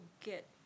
get